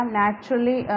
naturally